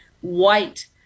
white